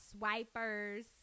swipers